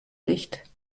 licht